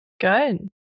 good